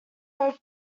hope